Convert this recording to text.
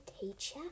teacher